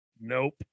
nope